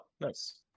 nice